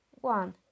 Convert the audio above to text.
One